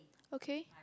okay